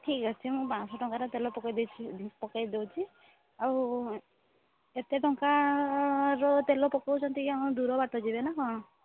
ଠିକ୍ ଅଛି ମୁଁ ପାଞ୍ଚଶହ ଟଙ୍କାର ତେଲ ପକାଇ ଦେଇଥିବି ପକାଇ ଦେଉଛି ଆଉ ଏତେ ଟଙ୍କାର ତେଲ ପକାଉଛନ୍ତି କ'ଣ ଦୂର ବାଟ ଯିବେ ନା କ'ଣ